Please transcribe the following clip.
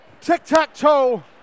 Tic-tac-toe